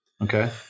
Okay